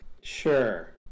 Sure